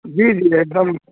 जी जी एकदम